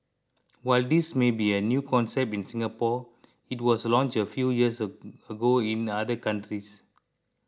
while this may be a new concept in Singapore it was launch a few years ago in other countries